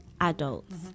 adults